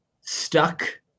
stuck